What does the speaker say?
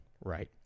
right